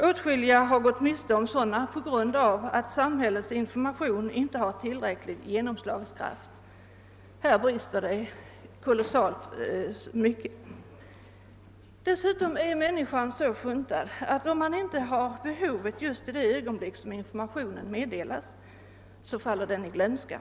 Åtskilliga har gått miste om sina rättigheter därför att samhällets information haft otillräcklig genom slagskraft. Där brister det oerhört. Dessutom är människan så funtad, att om man inte har behov av hjälp just i det ögonblick då informationen meddelas, så faller den i glömska.